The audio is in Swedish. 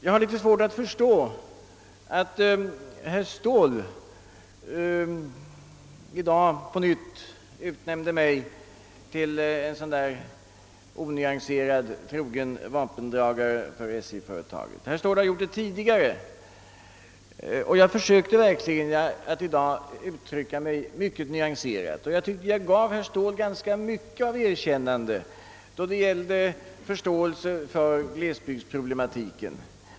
Jag har litet svårt att förstå att herr Ståhl i dag på nytt utnämnde mig till en sådan där »onyanserad» vapendragare för SJ-företaget. Herr Ståhl har gjort det tidigare. I dag försökte jag verkligen att uttrycka mig mycket nyanserat, och jag tyckte att jag gav herr Ståhl ganska mycket av erkännande då det gällde förståelsen för glesbygdsproblematiken.